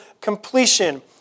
completion